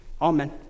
Amen